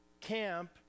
Camp